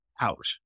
out